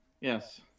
Yes